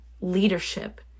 Leadership